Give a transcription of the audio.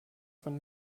von